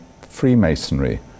Freemasonry